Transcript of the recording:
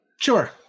Sure